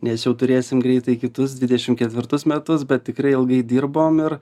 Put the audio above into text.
nes jau turėsim greitai kitus dvidešim ketvirtus metus bet tikrai ilgai dirbom ir